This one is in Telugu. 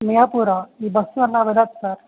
మయాపూరా ఈ బస్సు అలా వెళ్ళదు సార్